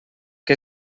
què